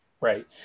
Right